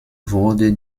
wurde